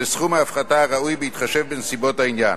וסכום ההפחתה הראוי בהתחשב בנסיבות העניין.